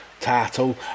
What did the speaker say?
title